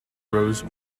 rose